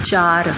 ਚਾਰ